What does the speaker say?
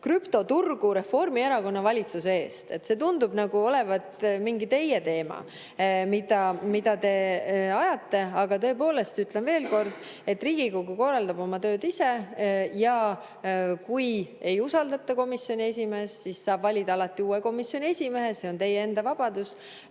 krüptoturgu Reformierakonna valitsuse eest." See tundub olevat mingi teie teema, mida te ajate. Aga tõepoolest, ütlen veel kord, et Riigikogu korraldab oma tööd ise. Kui ei usaldata komisjoni esimeest, siis saab alati valida uue komisjoni esimehe. See on teie enda vabadus.